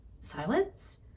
silence